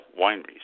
wineries